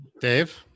Dave